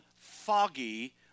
foggy